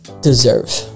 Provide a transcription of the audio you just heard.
deserve